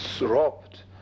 robbed